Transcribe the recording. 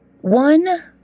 one